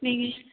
நீங்கள்